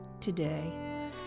today